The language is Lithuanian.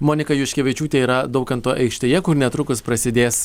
monika juškevičiūtė yra daukanto aikštėje kur netrukus prasidės